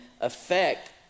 affect